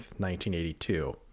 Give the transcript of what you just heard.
1982